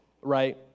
right